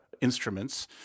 instruments